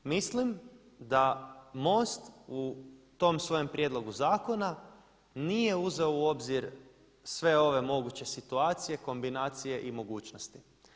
Mislim da MOST u tom svojem prijedlogu zakona nije uzeo u obzir sve ove moguće situacije, kombinacije i mogućnosti.